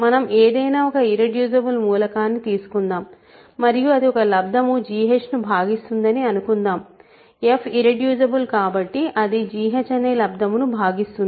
మనం ఏదైనా ఒక ఇర్రెడ్యూసిబుల్ మూలకాన్ని తీసుకుందాం మరియు అది ఒక లబ్దము gh ను భాగిస్తుందని అనుకుందాం f ఇర్రెడ్యూసిబుల్ కాబట్టి అది gh అనే లబ్దమును భాగిస్తుంది